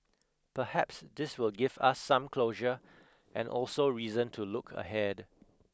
perhaps this will give us some closure and also reason to look ahead